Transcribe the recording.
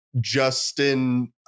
Justin